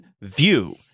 view